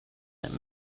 that